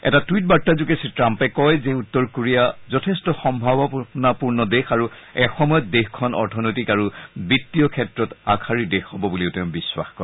এটা টুইট বাৰ্তাযোগে শ্ৰীট্টাম্পে কয় যে উত্তৰ কোৰিয়াৰ যথেষ্ট সম্ভাৱনা পূৰ্ণ দেশ আৰু এসময়ত দেশখন অৰ্থনৈতিক আৰু বিত্তীয় ক্ষেত্ৰত আগশাৰীৰ দেশ হ'ব বুলি তেওঁ বিশ্বাস কৰে